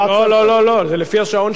לא לא לא, זה לפי השעון שהיה פה קודם.